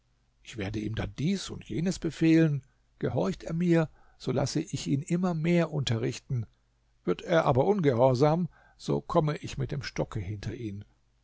ich werde ihm dann dies und jenes befehlen gehorcht er mir so lasse ich ihn immer mehr unterrichten wird er aber ungehorsam so komme ich mit dem stocke hinter ihn